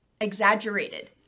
exaggerated